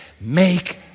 Make